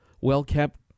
well-kept